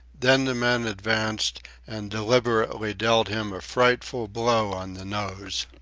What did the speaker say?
then the man advanced and deliberately dealt him a frightful blow on the nose.